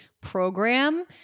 Program